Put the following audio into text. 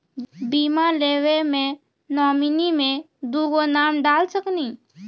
बीमा लेवे मे नॉमिनी मे दुगो नाम डाल सकनी?